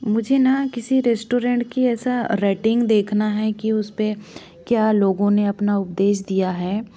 मुझे ना किसी रेस्टोरेंट की ऐसा रेटिंग देखना है कि उसपे क्या लोगों ने अपना उपदेश दिया है